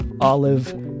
olive